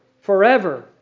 forever